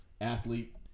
athlete